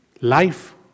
Life